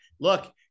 look